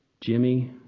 Jimmy